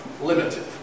limited